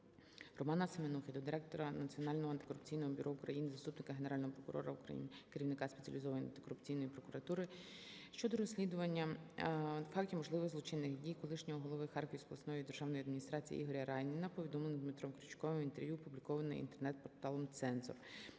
Романа Семенухи до директора Національного антикорупційного бюро України, заступника Генерального прокурора України – керівника Спеціалізованої антикорупційної прокуратури щодо розслідування фактів можливих злочинних дій колишнього голови Харківської обласної державної адміністрації Ігоря Райніна, повідомлених Дмитром Крючковим в інтерв'ю, опублікованому Інтернет-порталом "Цензор".